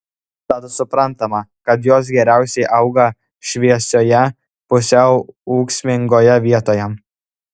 tad suprantama kad jos geriausiai auga šviesioje pusiau ūksmingoje vietoje